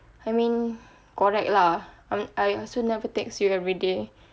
I mean correct lah I I also never text you everyday